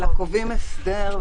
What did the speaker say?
אלא קובעים הסדר,